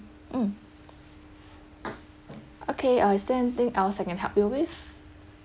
mm okay uh is there anything else I can help you with